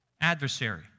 adversary